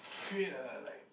create a like